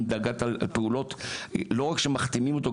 דאגה לפעולות לא רק שמחתימים אותו,